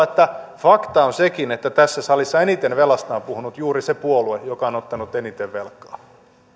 että faktaa on sekin että tässä salissa eniten velasta on puhunut juuri se puolue joka on ottanut eniten velkaa